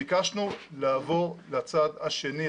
ביקשנו לעבור לצד השני,